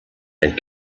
and